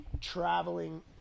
Traveling